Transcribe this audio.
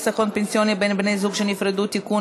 חיסכון פנסיוני בין בני זוג שנפרדו (תיקון,